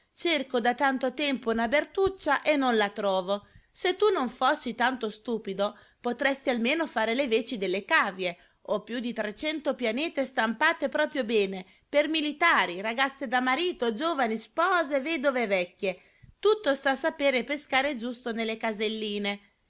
cerco da tanto tempo una bertuccia e non la trovo se tu non fossi tanto stupido potresti almeno fare le veci delle cavie ho più di trecento pianete stampate proprio bene per militari ragazze da marito giovani spose vedove e vecchie tutto sta a sapere pescare giusto nelle caselline